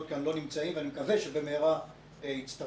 כאן אינם נמצאים ואני מקווה שהם יצטרפו.